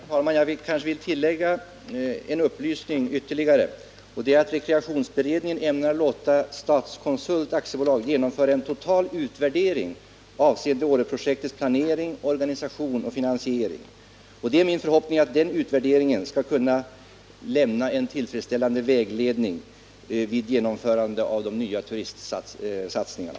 Herr talman! Jag vill lämna ytterligare en upplysning, och det är att rekreationsberedningen ämnar låta Statskonsult AB genomföra en total utvärdering avseende Åreprojektets planering, organisation och finansiering. Det är min förhoppning att den utvärderingen skall kunna ge en tillfredsställande vägledning vid genomförandet av de nya turistsatsningarna.